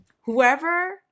whoever